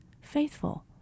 faithful